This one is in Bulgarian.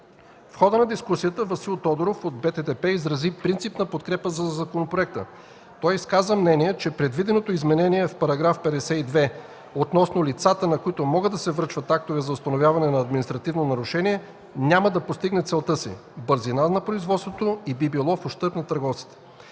В хода на дискусията Васил Тодоров от БТТП изрази принципна подкрепа за законопроекта. Той изказа мнение, че предвиденото изменение в § 52 относно лицата, на които може да се връчват актовете за установяване на административно нарушение, няма да постигне целта си – бързина на производството, и би било в ущърб на търговците.